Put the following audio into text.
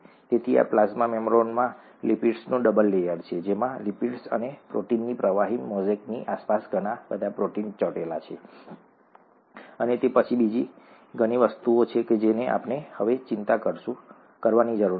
તેથી આ પ્લાઝ્મા મેમ્બ્રેનમાં લિપિડ્સનું ડબલ લેયર છે જેમાં લિપિડ્સ અને પ્રોટીનના પ્રવાહી મોઝેકની આસપાસ ઘણા બધા પ્રોટીન ચોંટેલા છે અને તે પછી બીજી ઘણી વસ્તુઓ છે જેની આપણે હવે ચિંતા કરીશું નહીં